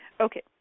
Okay